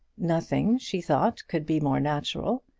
nothing, she thought, could be more natural.